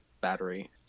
battery